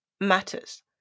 matters